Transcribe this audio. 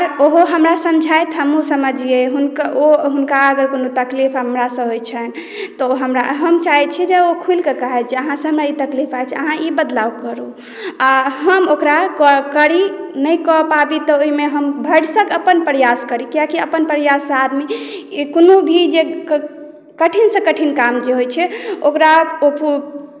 आओर ओहो हमरा समझैत हमहुँ समझिय हुनक ओ हुनका अगर कोनो तकलीफ हमरासँ होइ छनि तऽ ओ हमरा हम चाहे छी जे ओ खुलिकऽ कहैत जे अहाँसँ हमरा ई तकलीफ अछि अहाँ ई बदलाब करू आ हम ओकरा कऽ करि नहि कऽ पाबि तऽ ओहिमे हम भरिसक अपन प्रयास करि कियाकी अपन प्रयाससँ आदमी कोनो भी जे कठिनसे कठिन काम जे होइ छै ओकरा